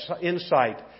insight